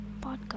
Podcast